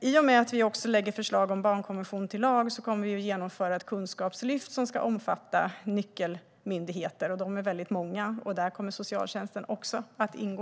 I och med att vi också lägger förslag om att göra barnkonventionen till lag kommer vi att genomföra ett kunskapslyft som ska omfatta nyckelmyndigheter. De är många, och där kommer socialtjänsten också att ingå.